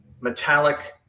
metallic